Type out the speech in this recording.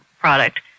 product